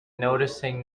noticing